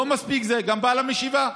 לא מספיק זה, גם על המשאבה,